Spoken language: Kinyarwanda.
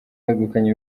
begukanye